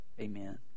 amen